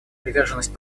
приверженность